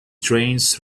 trains